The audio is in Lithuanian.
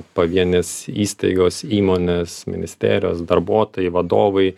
pavienės įstaigos įmonės ministerijos darbuotojai vadovai